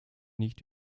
nicht